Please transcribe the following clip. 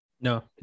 No